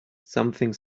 something